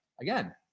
again